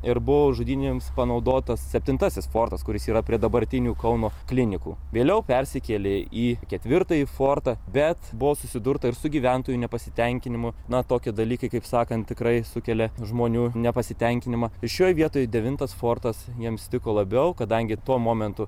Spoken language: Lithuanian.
ir buvo žudynėms panaudotas septintasis fortas kuris yra prie dabartinių kauno klinikų vėliau persikėlė į ketvirtąjį fortą bet buvo susidurta ir su gyventojų nepasitenkinimu na tokie dalykai kaip sakant tikrai sukelia žmonių nepasitenkinimą šioj vieto devintas fortas jiems tiko labiau kadangi tuo momentu